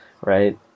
right